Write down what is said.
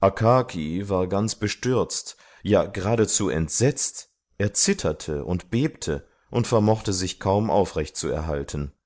akaki war ganz bestürzt ja geradezu entsetzt er zitterte und bebte und vermochte sich kaum aufrechtzuhalten ohne einen